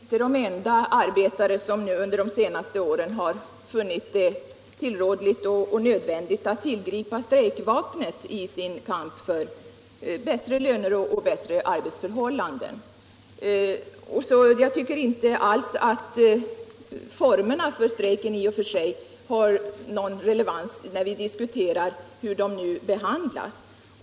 Herr talman! De sömmerskor det här gäller är inte de enda arbetare som under de senaste åren har funnit det nödvändigt att tillgripa strejkvapnet i sin kamp för bättre löner och arbetsförhållanden. Därför tycker jag inte att formerna för strejken i och för sig har någon relevans när vi diskuterar hur de tidigare anställda nu behandlas.